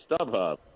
StubHub